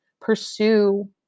pursue